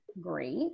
great